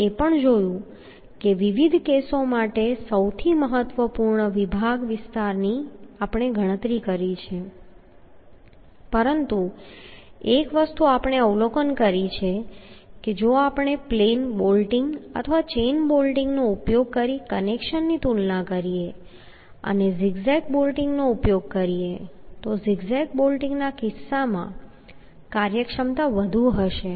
આપણે એ પણ જોયું છે કે વિવિધ કેસો માટેના સૌથી મહત્વપૂર્ણ વિભાગ વિસ્તારની અમે ગણતરી કરી છે પરંતુ એક વસ્તુ અમે અવલોકન કરી છે કે જો આપણે પ્લેન બોલ્ટિંગ અથવા ચેઇન બોલ્ટિંગનો ઉપયોગ કરીને કનેક્શનની તુલના કરીએ અને ઝિગ ઝેગ બોલ્ટિંગનો ઉપયોગ કરીએ તો ઝિગ ઝેગ બોલ્ટિંગના કિસ્સામાં કાર્યક્ષમતા વધુ હશે